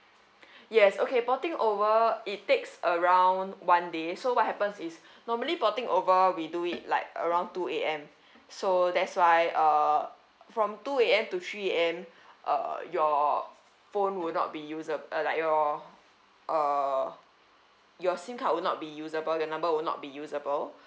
yes okay porting over it takes around one day so what happens is normally porting over we do it like around two A_M so that's why uh from two A_M to three A_M uh your phone would not be usa~ uh like your uh your SIM card would not be usable your number will not be usable